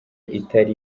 itari